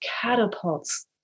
catapults